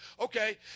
Okay